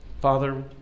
Father